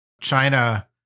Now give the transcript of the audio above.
China